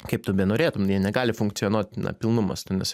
kaip tu benorėtum jie negali funkcionuot na pilnu mastu nes